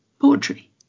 poetry